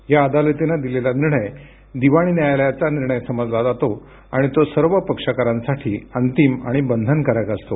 या अदालतीने दिलेला निर्णय दिवाणी न्यायालयाचा निर्णय समजला जातो आणि तो सर्व पक्षकारांसाठी अंतिम आणि बंधनकारक असतो